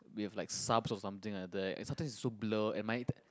we've like subs or something like that it started is so blur and I